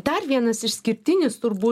dar vienas išskirtinis turbūt